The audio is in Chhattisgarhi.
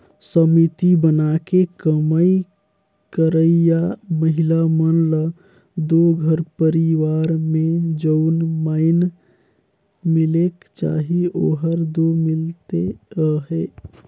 समिति बनाके कमई करइया महिला मन ल दो घर परिवार में जउन माएन मिलेक चाही ओहर दो मिलते अहे